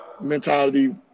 mentality